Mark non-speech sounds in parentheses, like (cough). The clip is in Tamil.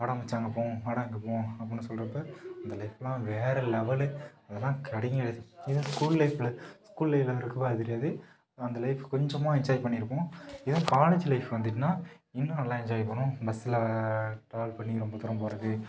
வாடா மச்சான் அங்கே போவோம் வாடா அங்கே போவோம் அப்படின்னு சொல்கிறப்ப அந்த லைஃப்லாம் வேற லெவலு அதெலாம் கிடைக்காது (unintelligible) ஸ்கூல் லைஃப்பில் ஸ்கூல் லைஃப்பில் (unintelligible) அது தெரியாது அந்த லைஃப் கொஞ்சமாக என்ஜாய் பண்ணிருப்போம் இதே காலேஜு லைஃப் வந்துட்டுன்னால் இன்னும் நல்லா என்ஜாய் பண்ணுவோம் பஸ்ஸுல ட்ராவல் பண்ணி ரொம்ப தூரம் போறது